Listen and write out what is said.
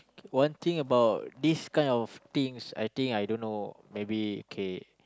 one thing about this kind of things I think I don't know maybe kay